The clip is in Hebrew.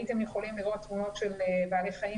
הייתם יכולים לראות תמונות של בעלי חיים